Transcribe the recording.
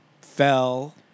fell